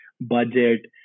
budget